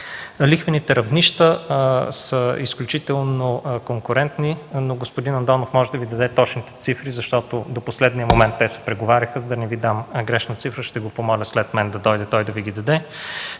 Лихвените равнища са изключително конкурентни, но господин Андонов може да Ви даде точните цифри, защото до последния момент те се договаряха. За да не Ви давам грешни цифри, ще го помоля след мен да дойде той и да Ви ги даде.